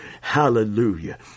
Hallelujah